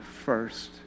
first